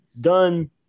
done